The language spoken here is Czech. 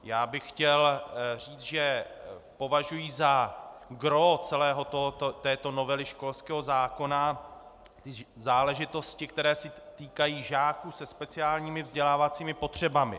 Já bych chtěl říct, že považuji za gros celé této novely školského zákona záležitosti, které se týkají žáků se speciálními vzdělávacími potřebami.